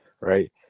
right